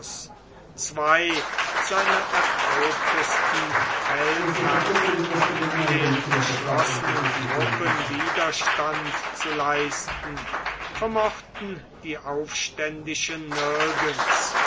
zwei seiner erprobtesten feldherrn den geschlossenen truppen widerstand zu leisten vermochten die aufständischen nirgends